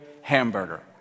hamburger